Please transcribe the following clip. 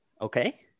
okay